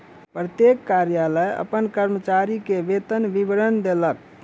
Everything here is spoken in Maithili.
प्रत्येक कार्यालय अपन कर्मचारी के वेतन विवरण देलक